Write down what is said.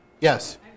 Yes